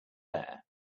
bear